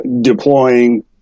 deploying